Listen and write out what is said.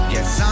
Yes